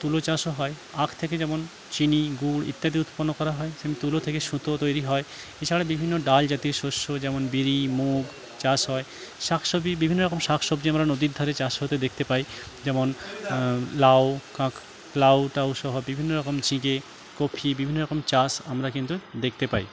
তুলো চাষও হয় আখ থেকে যেমন চিনি গুড় ইত্যাদি উৎপন্ন করা হয় সেরকম তুলো থেকে সুতোও তৈরি হয় এছাড়া বিভিন্ন ডাল জাতীয় শস্য যেমন বিরি মুগ চাষ হয় শাক সবজি বিভিন্ন রকম শাক সবজি আমরা নদীর ধারে চাষ হতে দেখতে পাই যেমন লাউ লাউ টাউ সহ বিভিন্ন রকম ঝিঙে কপি বিভিন্ন রকম চাষ আমরা কিন্তু দেখতে পাই